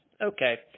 Okay